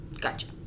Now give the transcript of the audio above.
Gotcha